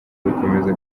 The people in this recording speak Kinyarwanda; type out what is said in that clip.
gukomeza